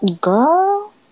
Girl